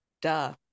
Duh